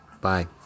bye